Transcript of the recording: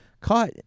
caught